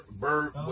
bird